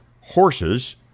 horses